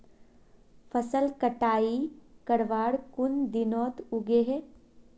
फसल कटाई करवार कुन दिनोत उगैहे?